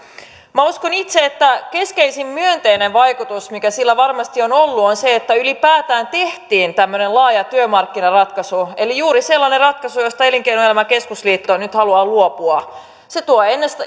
uskon itse että keskeisin myönteinen vaikutus mikä sillä varmasti on ollut on se että ylipäätään tehtiin tämmöinen laaja työmarkkinaratkaisu eli juuri sellainen ratkaisu josta elinkeinoelämän keskusliitto nyt haluaa luopua se tuo